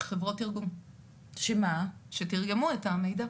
חברות תרגום תרגמו את המידע.